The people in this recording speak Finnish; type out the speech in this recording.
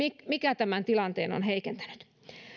mikä tämän tilanteen on heikentänyt